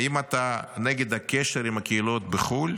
האם אתה נגד הקשר עם הקהילות בחו"ל?